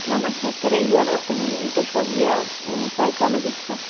میم اَسہ حظ کَرے یورٕ تُہٕنٛدۍ تُہۍ چھُ حظ یہِ سایکالَجِسٹ